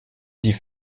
die